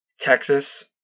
Texas